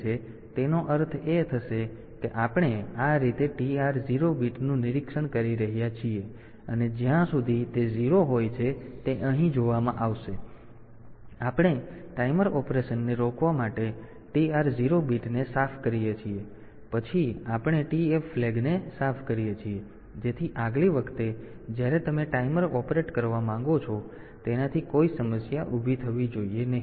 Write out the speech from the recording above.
તેથી તેનો અર્થ એ થશે કે આપણે આ રીતે TR0 બીટનું નિરીક્ષણ કરી રહ્યા છીએ અને જ્યાં સુધી તે 0 હોય છે તે અહીં જોવામાં આવશે પછી આપણે ટાઈમર ઓપરેશનને રોકવા માટે TR0 બીટને સાફ કરીએ છીએ અને પછી આપણે TF ફ્લેગને સાફ કરીએ છીએ જેથી આગલી વખતે જ્યારે તમે ટાઈમર ઓપરેટ કરવા માંગો છો ત્યારે તેનાથી કોઈ સમસ્યા ઊભી થવી જોઈએ નહીં